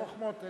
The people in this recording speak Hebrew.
חוכמות.